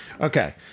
Okay